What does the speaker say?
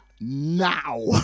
Now